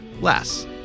less